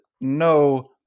no